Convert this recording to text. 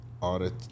Audit